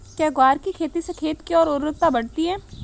क्या ग्वार की खेती से खेत की ओर उर्वरकता बढ़ती है?